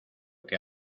que